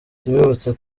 tubibutse